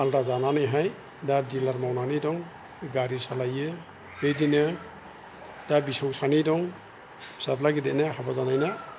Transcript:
आलदा जानानैहाय दा दिलार मावनानै दं गारि सालायो बिदिनो दा बिसौ सानै दं फिसाला गेदेरनि हाबा जानायना